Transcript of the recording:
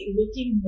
looking